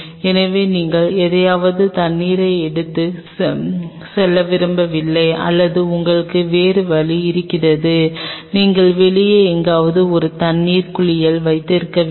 எனவே நீங்கள் எதையாவது தண்ணீரை எடுத்துச் செல்ல விரும்பவில்லை அல்லது உங்களுக்கு வேறு வழி இருக்கிறது நீங்கள் வெளியே எங்காவது ஒரு தண்ணீர் குளியல் வைத்திருக்க வேண்டும்